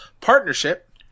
Partnership